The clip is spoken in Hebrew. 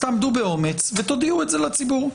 תעמדו באומץ ותודיעו את זה לציבור,